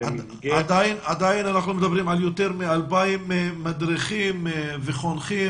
אנחנו מדברים על יותר מ-2,000 מדריכים וחונכים,